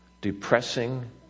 depressing